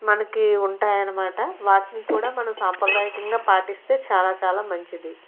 మనకి ఉంటాయి అనమాట వాటిని కూడా మనం సాంప్రదాయకంగా పాటిస్తే చాలా చాలా మంచిది